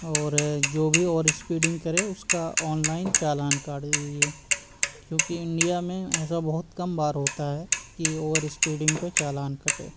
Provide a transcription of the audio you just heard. اور جو بھی اوور اسپیڈنگ کرے اس کا آن لائن چالان کاٹ دیجیے کیونکہ انڈیا میں ایسا بہت کم بار ہوتا ہے کہ اوور اسپیڈنگ پہ چالان کٹے